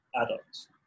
adults